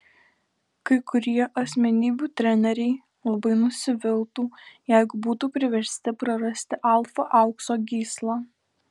kai kurie asmenybių treneriai labai nusiviltų jeigu būtų priversti prarasti alfa aukso gyslą